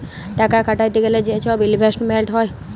টাকা খাটাইতে গ্যালে যে ছব ইলভেস্টমেল্ট হ্যয়